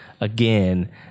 again